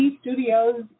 studios